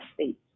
states